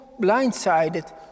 blindsided